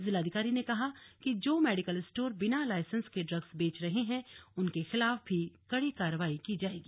जिलाधिकारी कहा किजो मेडिकल स्टोर बिना लाइसेंस के ड्रग्स बेच रहे है उनके खिलाफ भी कड़ी कार्रवाई की जायेगी